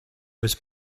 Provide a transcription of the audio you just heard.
was